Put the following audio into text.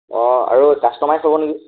অঁ আৰু কাষ্টমাইজ হ'ব নেকি